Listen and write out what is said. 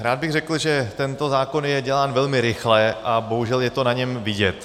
Rád bych řekl, že tento zákon je dělán velmi rychle a bohužel je to na něm vidět.